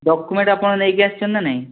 document ଆପଣ ନେଇକି ଆସିଛନ୍ତି ନା ନାହିଁ